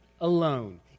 alone